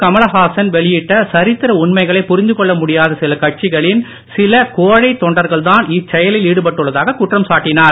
கமலஹாசன் வெளியிட்ட சரித்திர உண்மைகளை புரிந்துகொள்ள முடியாத சில கட்சிகளின் சில கோழை தொண்டர்கள்தான் இச்செயலில் ஈடுபட்டுள்ளதாகக் குற்றம் சாட்டினார்